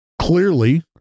clearly